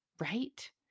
right